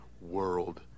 World